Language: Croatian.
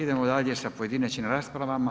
Idemo dalje sa pojedinačnim rasprava.